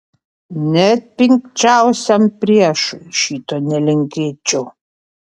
net pikčiausiam priešui šito nelinkėčiau